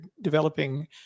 developing